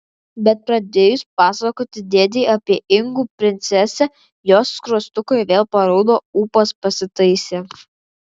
bet pradėjus pasakoti dėdei apie inkų princesę jos skruostukai vėl paraudo ūpas pasitaisė